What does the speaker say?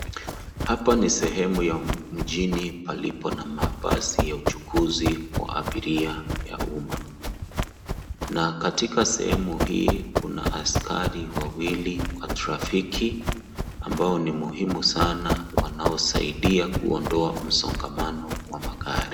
Hapa ni sehemu ya mjini palipo na mabasi ya uchukuzi wa abiria ya umma na katika sehemu hii una askari wawili wa trafiki ambao ni muhimu sana wanaosaidia kuondoa msongamano wa magari .